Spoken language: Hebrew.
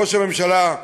וראש הממשלה,